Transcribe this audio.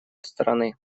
страны